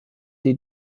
die